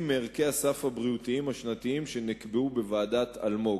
מערכי הסף הבריאותיים השנתיים שנקבעו בוועדת-אלמוג.